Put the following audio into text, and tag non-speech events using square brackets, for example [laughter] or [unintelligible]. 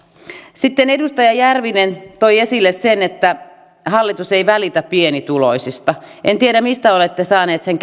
sitten edustaja järvinen toi esille sen että hallitus ei välitä pienituloisista en tiedä mistä olette saanut sen [unintelligible]